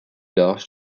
large